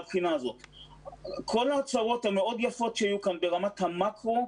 כל ההצהרות היפות שהיו כאן ברמת המקרו,